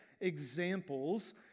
examples